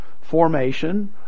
formation